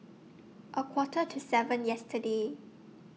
A Quarter to seven yesterday